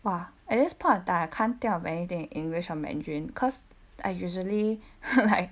!wah! at this point of time I can't think of anything english or mandarin cause I usually like